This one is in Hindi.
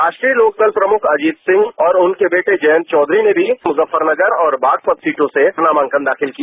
राष्ट्रीय लोकदल प्रमुख अजीत सिंह और उनके बेटे जयंत चौधरी ने भी मुजफ्फरनगर और बागपत सीटों से नामांकन दाखिल किया